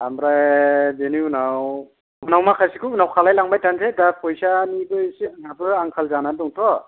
ओमफ्राय बिनि उनाव उनाव माखासोखौ उनाव खालायलांबाय थानोसै दा फैसानिबो इसे आंहाबोथ' आंखाल जानानै दंथ'